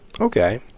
Okay